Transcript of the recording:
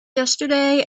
yesterday